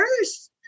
first